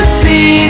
see